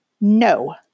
No